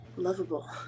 lovable